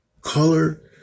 color